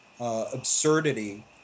Absurdity